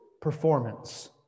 performance